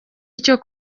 icyo